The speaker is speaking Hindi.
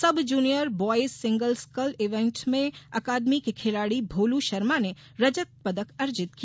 सब junior boys single scull event में अकादमी के खिलाड़ी भोलू शर्मा ने रजत पदक अर्जित किया